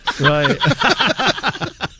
right